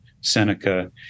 Seneca